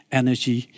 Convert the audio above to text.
energy